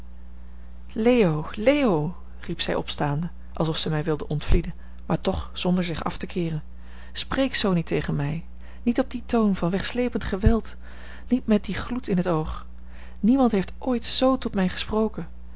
leo leo riep zij opstaande alsof zij mij wilde ontvlieden maar toch zonder zich af te keeren spreek zoo niet tegen mij niet op dien toon van wegslepend geweld niet met dien gloed in t oog niemand heeft ooit z tot mij gesproken